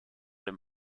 dem